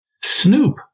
Snoop